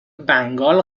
بنگال